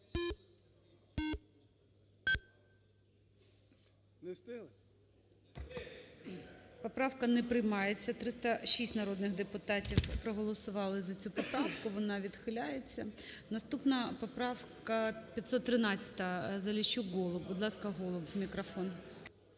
Поправка не приймається, 36 народних депутатів проголосували за цю поправку, вона відхиляється. Наступна поправка - 513-а.Заліщук, Голуб. Будь ласка, Голуб мікрофон.